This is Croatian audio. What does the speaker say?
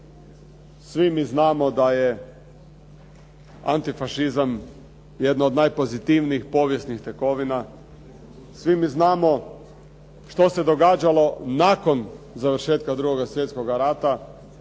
Svi mi znamo da je antifašizam jedno od najpozitivnijih povijesnih tekovina. Svi mi znamo što se događalo nakon završetka 2. svjetskoga rata.